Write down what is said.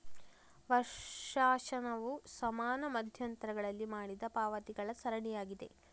ವರ್ಷಾಶನವು ಸಮಾನ ಮಧ್ಯಂತರಗಳಲ್ಲಿ ಮಾಡಿದ ಪಾವತಿಗಳ ಸರಣಿಯಾಗಿದೆ